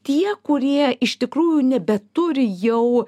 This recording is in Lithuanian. tie kurie iš tikrųjų nebeturi jau